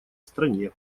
стране